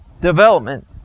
Development